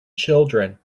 children